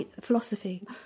philosophy